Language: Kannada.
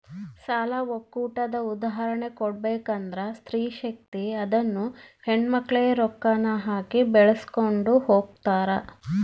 ಸಾಲ ಒಕ್ಕೂಟದ ಉದಾಹರ್ಣೆ ಕೊಡ್ಬಕಂದ್ರ ಸ್ತ್ರೀ ಶಕ್ತಿ ಅದುನ್ನ ಹೆಣ್ಮಕ್ಳೇ ರೊಕ್ಕಾನ ಹಾಕಿ ಬೆಳಿಸ್ಕೊಂಡು ಹೊಗ್ತಾರ